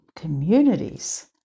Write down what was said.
communities